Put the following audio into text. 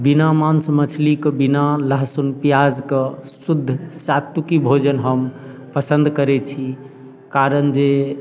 बिना मांस मछलीके बिना लहसुन प्याज कऽ शुद्ध सात्विकी भोजन हम पसंद करैत छी कारण जे